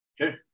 okay